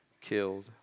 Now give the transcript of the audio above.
killed